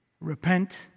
Repent